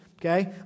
Okay